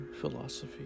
philosophy